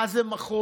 מה זה מחוז,